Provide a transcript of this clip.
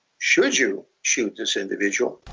should you shoot this individual?